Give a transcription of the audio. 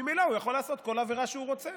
ממילא הוא יכול לעשות כל עבירה שהוא רוצה,